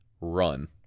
Run